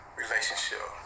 relationship